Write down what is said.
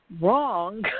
wrong